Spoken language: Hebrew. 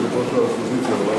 את זה לראש האופוזיציה.